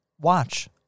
Watch